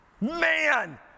Man